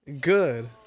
Good